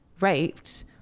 raped